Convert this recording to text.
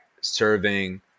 serving